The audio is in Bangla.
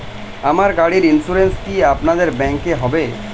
আমার গাড়ির ইন্সুরেন্স কি আপনাদের ব্যাংক এ হবে?